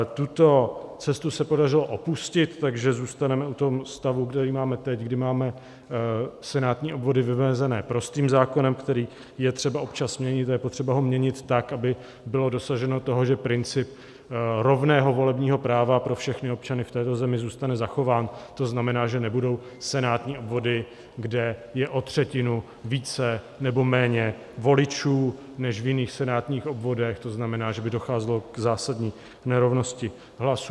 Tuto cestu se podařilo opustit, takže zůstaneme u stavu, který máme teď, kdy máme senátní obvody vymezené prostým zákonem, který je třeba občas měnit, a je potřeba ho měnit tak, aby bylo dosaženo toho, že princip rovného volebního práva pro všechny občany v této zemi zůstane zachován, to znamená, že nebudou senátní obvody, kde je o třetinu více nebo méně voličů než v jiných senátních obvodech, to znamená, že by docházelo k zásadní nerovnosti hlasů.